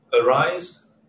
arise